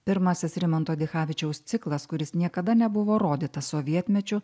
pirmasis rimanto dichavičiaus ciklas kuris niekada nebuvo rodytas sovietmečiu